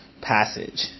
passage